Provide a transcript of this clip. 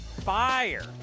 fire